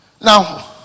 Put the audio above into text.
Now